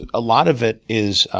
a lot of it is